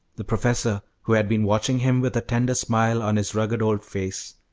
the professor, who had been watching him with a tender smile on his rugged old face,